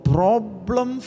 Problem